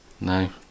No